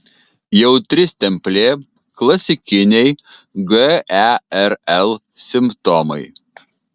jautri stemplė klasikiniai gerl simptomai